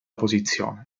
posizione